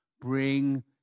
bring